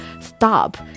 stop